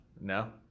No